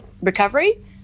recovery